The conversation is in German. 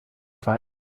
war